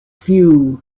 few